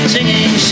Singing